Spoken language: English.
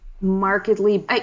markedly